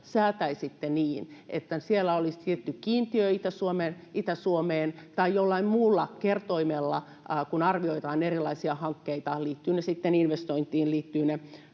säätäisitte niin, että siellä olisi tietty kiintiö Itä-Suomeen, tai että jollain muulla kertoimella, kun arvioidaan erilaisia hankkeita — liittyvät ne sitten investointeihin tai liittyvät ne